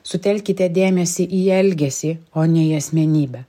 sutelkite dėmesį į elgesį o ne į asmenybę